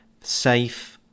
safe